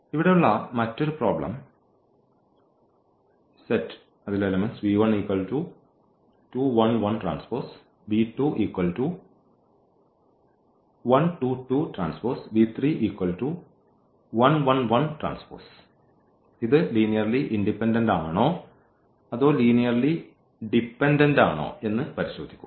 ഇവിടെയുള്ള മറ്റൊരു problem set ഇത് ലീനിയർലി ഇൻഡിപെൻഡന്റ് ആണോ അതോ ലീനിയർലി ഡിപെൻഡന്റ് ആണോ എന്ന് പരിശോധിക്കും